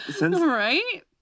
Right